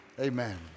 Amen